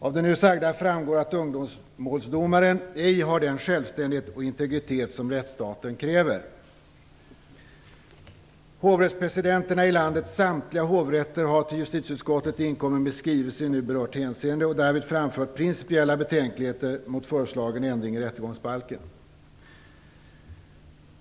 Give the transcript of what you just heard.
Av det nu sagda framgår att ungdomsmålsdomaren ej har den självständighet och integritet som rättsstaten kräver. Hovrättspresidenterna i landets samtliga hovrätter har till justitieutskottet inkommit med en skrivelse i nu berört hänseende och därvid framfört principiella betänkligheter mot föreslagen ändring i rättegångsbalken.